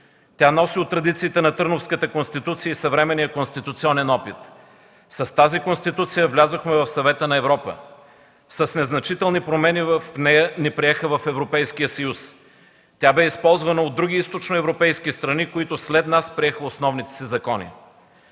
Тя носи от традициите на Търновската конституция и съвременния конституционен опит. С тази конституция влязохме в Съвета на Европа. С незначителни промени в нея ни приеха в Европейския съюз. Тя беше използвана от други източноевропейски страни, които след нас приеха основните си закони.